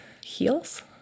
heels